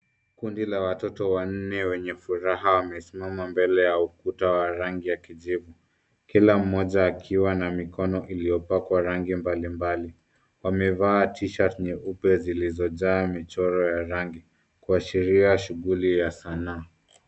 Kundi la watoto wanne wenye furaha wamesimama mbele ya ukuta wa rangi ya kijivu. Kila mmoja akiwa na mikono iliyopakwa rangi mbalimbali. Wamevaa t-shirt nyeupe zilizojaa michoro ya rangi kuashiria shunguli ya sanaa.